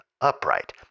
upright